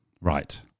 Right